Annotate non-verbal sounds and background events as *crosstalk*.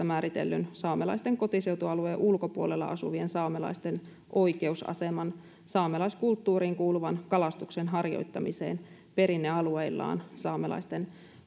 *unintelligible* määritellyn saamelaisten kotiseutualueen ulkopuolella asuvien saamelaisten oikeusaseman saamelaiskulttuuriin kuuluvan kalastuksen harjoittamiseen perinnealueillaan saamelaisten